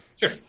Sure